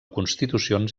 constitucions